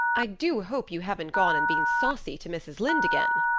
i do hope you haven't gone and been saucy to mrs. lynde again.